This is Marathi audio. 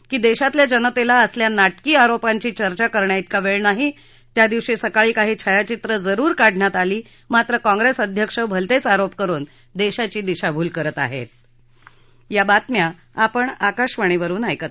की देशातल्या जनतेला असल्या नाटकी आरोपांची चर्चा करण्या तिका वेळ नाही त्या दिवशी सकाळी काही छायाचित्रे जरुर काढण्यात आली मात्र काँग्रेस अध्यक्ष भलतेच आरोप करुन देशाची दिशाभूल करताहेत